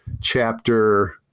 chapter